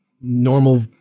normal